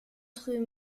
temps